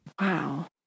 Wow